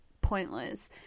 pointless